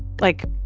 like,